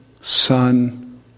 Son